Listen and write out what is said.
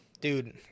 dude